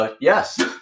Yes